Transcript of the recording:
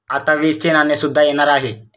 आता वीसचे नाणे सुद्धा येणार आहे